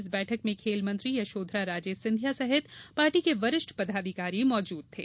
इस बैठक में खेल मंत्री यशोधरा राजे सिंधिया सहित पार्टी के वरिष्ठ पदाधिकारी मौजूद थे